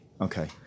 Okay